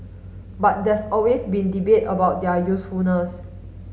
but there's always been debate about their usefulness